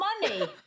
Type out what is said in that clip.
money